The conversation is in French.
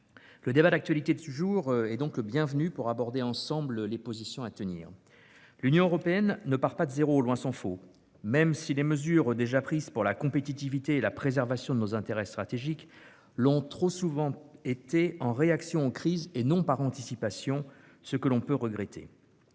Le débat d'actualité de ce jour est donc le bienvenu pour évoquer ensemble les positions à tenir. L'Union européenne ne part pas de zéro, tant s'en faut, même si les mesures déjà prises pour la compétitivité et la préservation de nos intérêts stratégiques l'ont trop souvent été en réaction aux crises et non par anticipation, ce que l'on peut regretter.